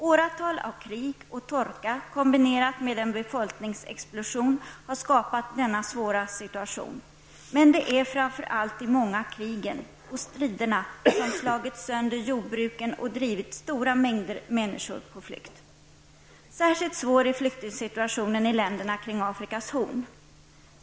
Åratal av krig och torka kombinerat med en befolkningsexplosion har skapat denna svåra situation. Men det är framför allt de många krigen och striderna som slagit sönder jordbruken och drivit stora mängder människor på flykt. Särskilt svår är flyktingsituationen i länderna kring afrikas Horn.